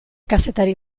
kazetari